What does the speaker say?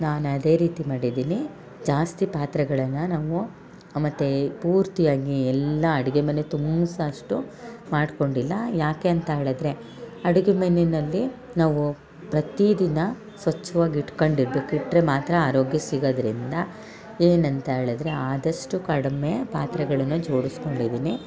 ನಾನು ಅದೇ ರೀತಿ ಮಾಡಿದ್ದೀನಿ ಜಾಸ್ತಿ ಪಾತ್ರೆಗಳನ್ನು ನಾವು ಮತ್ತು ಪೂರ್ತಿಯಾಗಿ ಎಲ್ಲಾ ಅಡಿಗೆ ಮನೆ ತುಂಬ್ಸಿ ಅಷ್ಟು ಮಾಡ್ಕೊಂಡಿಲ್ಲ ಯಾಕೆ ಅಂತ ಹೇಳಿದರೆ ಅಡುಗೆ ಮನೆಯಲ್ಲಿ ನಾವು ಪ್ರತಿ ದಿನ ಸ್ವಚ್ಛವಾಗಿ ಇಟ್ಕಂಡಿರ್ಬೇಕು ಇಟ್ಟರೆ ಮಾತ್ರ ಆರೋಗ್ಯ ಸಿಗೋದರಿಂದ ಏನಂತ ಏಳದ್ರೆ ಆದಷ್ಟು ಕಡಿಮೆ ಪಾತ್ರೆಗಳನ್ನು ಜೋಡುಸ್ಕೊಂಡಿದ್ದೀನಿ